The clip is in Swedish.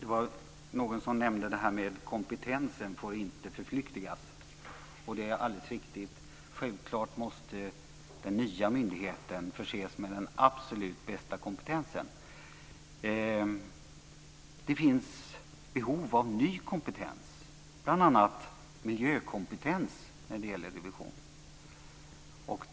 Det var någon som nämnde att kompetensen inte får förflyktigas. Det är alldeles riktigt. Självklart måste den nya myndigheten förses med den absolut bästa kompetensen. Det finns behov av ny kompetens, bl.a. miljökompetens när det gäller revision.